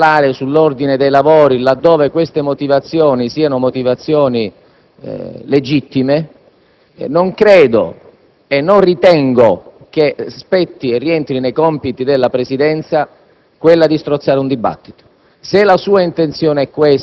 sovrana; libera di parlare sull'ordine dei lavori, laddove ve ne siano motivazioni legittime. Non credo e non ritengo che spetti e rientri nei compiti della Presidenza strozzare un dibattito.